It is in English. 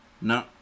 No